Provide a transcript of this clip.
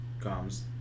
comes